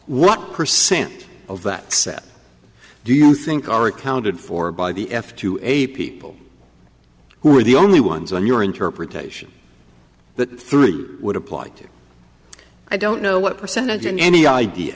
what percent of that set do you think are accounted for by the f two a people who are the only ones on your interpretation that three would apply to i don't know what percentage in any idea